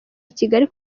kigali